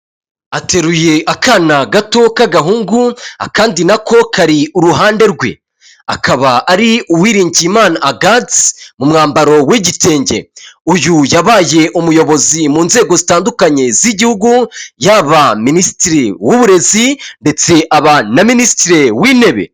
Ateruye akana gato k'agahungu akandi nako kari i ruhande rwe, akaba ari Uwiriningiyimana Agate mu mwambaro w'igitenge, uyu yabaye umuyobozi mu nzego zitandukanye z'igihugu yaba minisitiri w'uburezi, ndetse aba na minisitiri w'intebe.